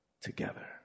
Together